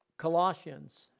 Colossians